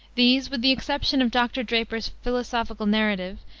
these, with the exception of dr. draper's philosophical narrative,